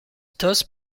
does